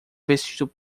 vestido